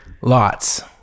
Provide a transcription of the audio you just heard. Lots